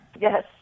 Yes